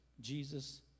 Jesus